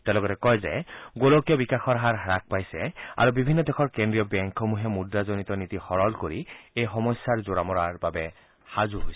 তেওঁ লগতে কয় যে গোলকীয় বিকাশৰ হাৰ হ্ৰাস পাইছে আৰু বিভিন্ন দেশৰ কেন্দ্ৰীয় বেংকসমূহে মুদ্ৰাজনিত নীতি সৰল কৰি এই সমস্যাৰ জোৰা মৰাৰ বাবে সাজু হৈছে